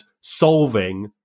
solving